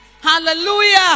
Hallelujah